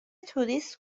توریست